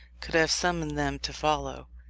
could have summoned them to follow.